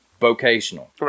vocational